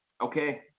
Okay